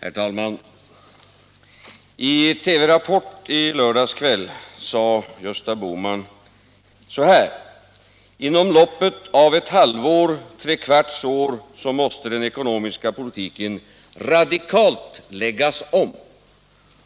Herr talman! I TV:s Rapport i lördags kväll sade Gösta Bohman så här: Inom loppet av ett halvår-trekvarts år måste den ekonomiska politiken radikalt läggas om.